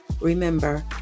remember